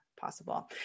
possible